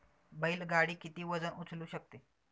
बैल गाडी किती वजन उचलू शकते?